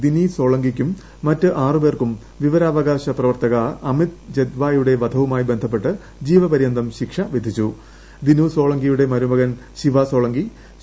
ദിനി സോളങ്കിക്കും മറ്റ് ആറ് പേർക്കും വിവരാകാശ പ്രവർത്തക അമിത് ജെത്വായുടെ വധവുമായി ബന്ധപ്പെട്ട് ജീവപര്യന്തം ശിക്ഷ ദിനു സോളങ്കിയുടെ മരുമകൻ ശിവ സോളങ്കി വിധിച്ചു